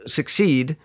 succeed